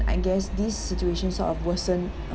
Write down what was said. I guess this situation sort of worsen